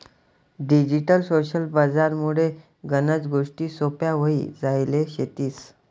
digital social बजार मुळे गनच गोष्टी सोप्प्या व्हई जायल शेतीस